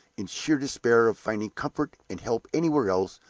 in sheer despair of finding comfort and help anywhere else,